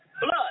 blood